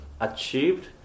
achieved